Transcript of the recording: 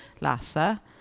lassa